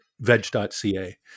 veg.ca